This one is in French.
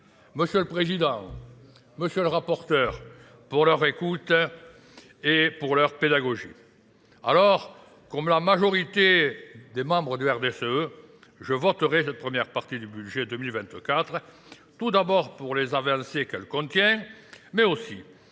monsieur le Président, monsieur le rapporteur pour leur écoute et pour leur pédagogie. Alors, comme la majorité des membres du RDSE, je voterai cette première partie du budget 2024, tout d'abord pour les avancées qu'elle contient, mais aussi afin